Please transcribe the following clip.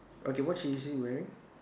okay what she is she wearing